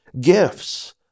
gifts